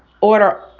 order